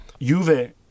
Juve